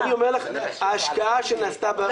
ההשקעה שנעשתה בחברתי.